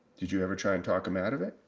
did you ever try and talk him out of it?